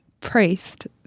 priest